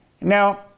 now